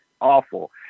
awful